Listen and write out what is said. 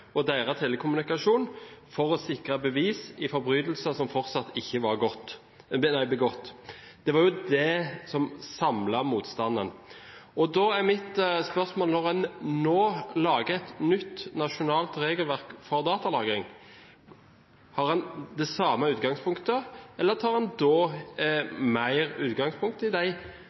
og deres telekommunikasjon – for å sikre bevis i forbrytelser som fortsatt ikke var begått. Det var dette som samlet motstanden. Da er mitt spørsmål: Når en nå lager et nytt, nasjonalt regelverk for datalagring, har en da det samme utgangspunktet, eller tar en mer utgangspunkt i de